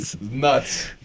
Nuts